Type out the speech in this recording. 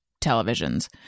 televisions